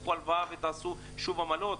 קחו הלוואה ותעשו שוב אמנות?